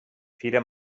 fira